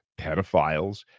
pedophiles